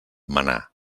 manar